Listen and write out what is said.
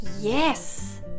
Yes